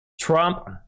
Trump